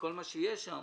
בכל מה שיש שם,